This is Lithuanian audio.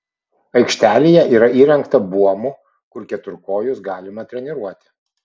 aikštelėje yra įrengta buomų kur keturkojus galima treniruoti